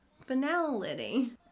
Finality